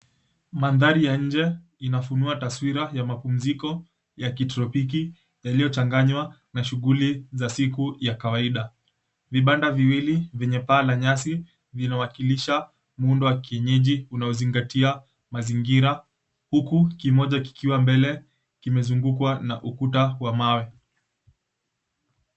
Mandhari ya nje inafunua taswira ya mapumziko ya kitropiki yaliyo changanywa na shughuli za siku ya kawaida. Vibanda viwili venye paa la nyasi vinawakilisha muundo wa kienyeji unaozingatia mazingira huku kimoja kikiwa mbele kimezungukwa na ukuta wa mawe.